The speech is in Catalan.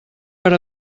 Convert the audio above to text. per